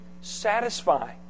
satisfy